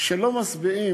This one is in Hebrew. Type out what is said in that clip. קומץ, שלא משביעים,